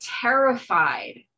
terrified